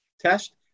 test